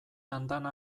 andana